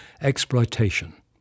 exploitation